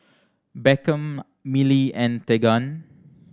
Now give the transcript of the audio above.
Beckham Millie and Tegan